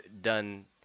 done